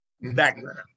background